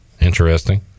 Interesting